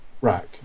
rack